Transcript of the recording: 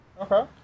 Okay